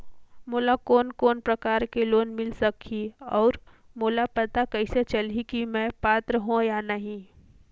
मोला कोन कोन प्रकार के लोन मिल सकही और मोला पता कइसे चलही की मैं पात्र हों या नहीं?